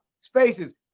spaces